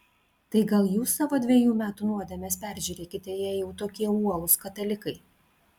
tai gal jūs savo dvejų metų nuodėmes peržiūrėkite jei jau tokie uolūs katalikai